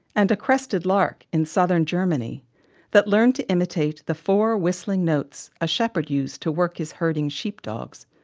and a crested lark in southern germany that learned to imitate the four whistling notes a shepherd used to work his herding sheepdogs.